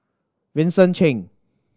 Vincent Cheng